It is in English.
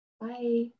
Bye